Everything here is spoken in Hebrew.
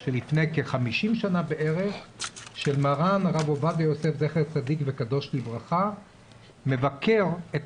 של לפני 50 שנה בערך של מר"ן הרב עובדיה יוסף זצ"ל מבקר את